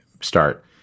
start